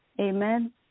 Amen